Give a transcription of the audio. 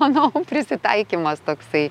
manau prisitaikymas toksai